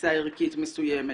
ותפיסה ערכית מסוימת.